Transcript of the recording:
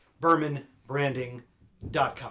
BermanBranding.com